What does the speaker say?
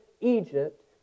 Egypt